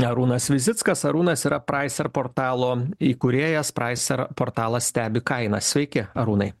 arūnas visickas arūnas yra praiser portalo įkūrėjas praiser portalas stebi kainas sveiki arūnai